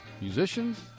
musicians